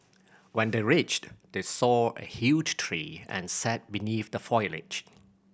when they reached they saw a huge tree and sat beneath the foliage